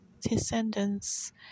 descendants